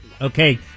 Okay